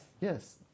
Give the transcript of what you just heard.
Yes